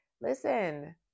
listen